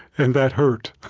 and that hurt.